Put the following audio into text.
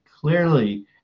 clearly